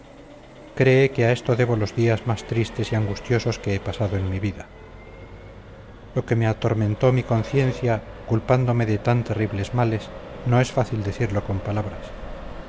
cree que a esto debo los días más tristes y angustiosos que he pasado en mi vida lo que me atormentó mi conciencia culpándome de tan terribles males no es fácil decirlo con palabras